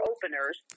Openers